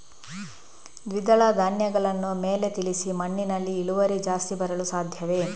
ದ್ವಿದಳ ಧ್ಯಾನಗಳನ್ನು ಮೇಲೆ ತಿಳಿಸಿ ಮಣ್ಣಿನಲ್ಲಿ ಇಳುವರಿ ಜಾಸ್ತಿ ಬರಲು ಸಾಧ್ಯವೇ?